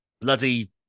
bloody